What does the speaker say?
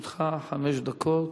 לרשותך חמש דקות.